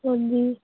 ਹਾਂਜੀ